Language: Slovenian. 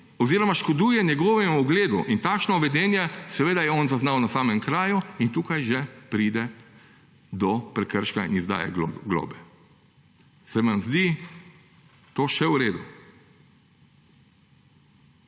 oziroma škoduje njegovemu ugledu. In takšno vedenje je on zaznal na samem kraju in tukaj že pride do prekrška in izdaje globe. Se vam zdi to še v redu?